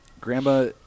Grandma